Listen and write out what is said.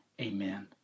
Amen